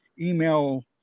email